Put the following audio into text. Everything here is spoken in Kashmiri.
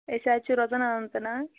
أسۍ حظ چھِ روزان اننت ناگ